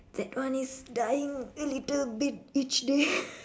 that one is dying a little bit each day